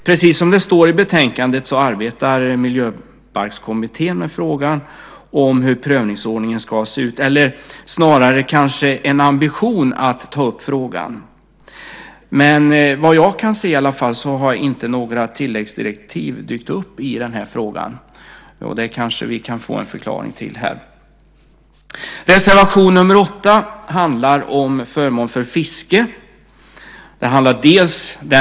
Precis som det står i betänkandet arbetar Miljöbalkskommittén med frågan om hur prövningsordningen ska se ut. Eller det kanske snarare är en ambition att ta upp frågan. Vad jag kan se har inte några tilläggsdirektiv dykt upp i frågan, och det kanske vi kan få en förklaring till här. Reservation nr 8 handlar om åtgärder till förmån för fiske.